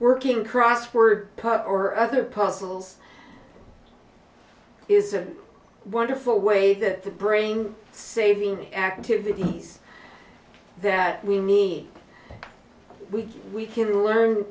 working crossword puzzle or other puzzles is a wonderful way that the brain saving activities that we need we we can learn